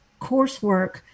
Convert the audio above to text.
coursework